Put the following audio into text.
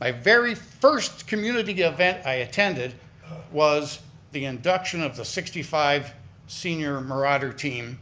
my very first community event i attended was the induction of the sixty five senior marauder team